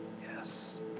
yes